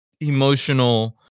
emotional